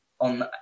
on